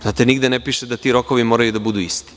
Znate, nigde ne piše da ti rokovi moraju da budu isti.